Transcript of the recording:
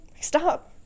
stop